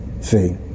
See